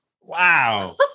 Wow